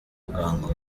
bwangu